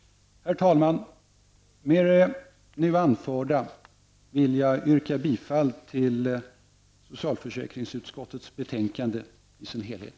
Herr talman! Med det anförda yrkar jag bifall till socialförsäkringsutskottets hemställan i dess helhet.